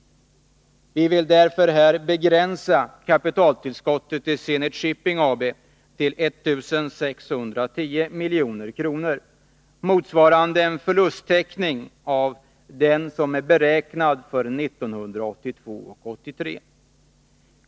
Vi vill därför här begränsa kapitaltillskottet till Zenit Shipping AB till 1610 milj.kr., motsvarande en beräknad förlusttäckning för 1982 och 1983.